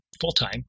full-time